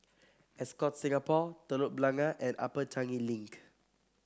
Ascott Singapore Telok Blangah and Upper Changi Link